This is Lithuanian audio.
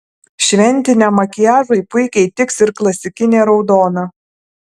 šventiniam makiažui puikiai tiks ir klasikinė raudona